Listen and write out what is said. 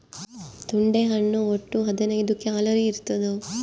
ತೊಂಡೆ ಹಣ್ಣು ಒಟ್ಟು ಹದಿನೈದು ಕ್ಯಾಲೋರಿ ಇರ್ತಾದ